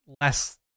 less